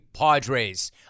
Padres